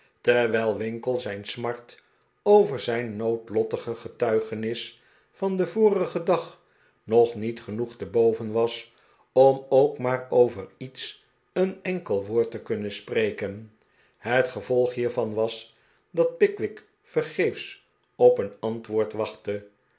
terwijl winkle zijn smart over zijn noodlottige getuigenis van den vorigen dag nog niet genoeg te boven was om ook maar over iets een enkel woord te kunnen spreken het gevolg hiervan was dat pickwick vergeefs op een antwoord wachtte